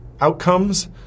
outcomes